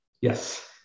Yes